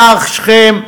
שער שכם,